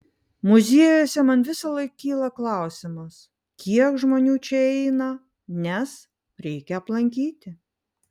muziejuose man visąlaik kyla klausimas kiek žmonių čia eina nes reikia aplankyti